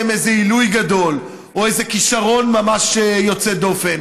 שהם איזה עילוי גדול או איזה כישרון ממש יוצא דופן,